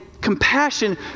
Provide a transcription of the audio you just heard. compassion